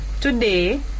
Today